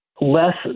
less